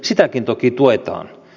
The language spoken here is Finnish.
sitäkin toki tuetaan